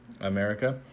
America